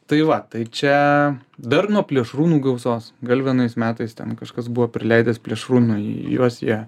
tai va tai čia dar nuo plėšrūnų gausos gal vienais metais ten kažkas buvo prileidęs plėšrūnų į juos jie